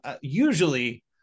usually